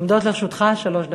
עומדות לרשותך שלוש דקות.